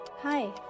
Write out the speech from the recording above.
hi